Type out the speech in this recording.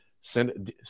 send